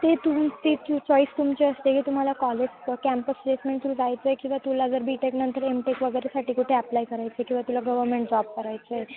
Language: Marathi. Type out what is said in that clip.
ते तुम ते चॉईस तुमची असते की तुम्हाला कॉलेज कँपस प्लेसमेंट थ्रू जायचं आहे किंवा तुला जर बी टेकनंतर एम टेक वगैरेसाठी कुठे अप्ला करायचं आहे किंवा तुला गव्हमेंट जॉब करायचं आहे